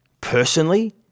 personally